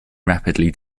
rapidly